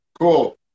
Cool